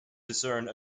discern